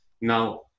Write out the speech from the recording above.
Now